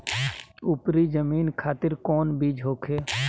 उपरी जमीन खातिर कौन बीज होखे?